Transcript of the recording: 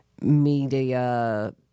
media